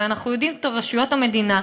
ואנחנו יודעים רשויות המדינה,